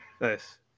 Nice